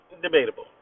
debatable